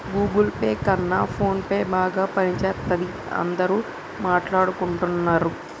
Google Pay కన్నా ఫోన్పేనే బాగా పనిజేత్తందని అందరూ మాట్టాడుకుంటన్నరు